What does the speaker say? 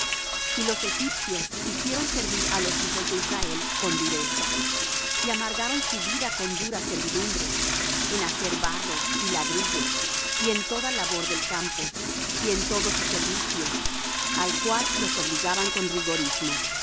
y los egipcios hicieron servir á los hijos de israel con dureza y amargaron su vida con dura servidumbre en hacer barro y ladrillo y en toda labor del campo y en todo su servicio al cual los obligaban con rigorismo y